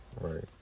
Right